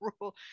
Rule